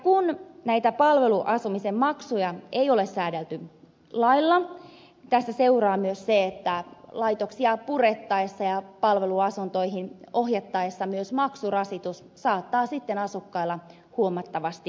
kun näitä palveluasumisen maksuja ei ole säädelty lailla tästä seuraa myös se että laitoksia purettaessa ja palveluasuntoihin ohjattaessa myös maksurasitus saattaa sitten asukkailla huomattavasti lisääntyä